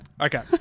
Okay